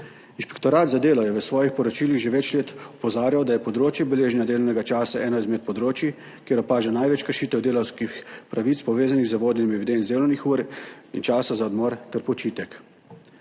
Inšpektorat za delo je v svojih poročilih že več let opozarjal, da je področje beleženja delovnega časa eno izmed področij, kjer opaža največ kršitev delavskih pravic, povezanih z vodenjem evidenc delovnih ur in časa za odmor ter počitek.